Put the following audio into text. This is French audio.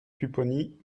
pupponi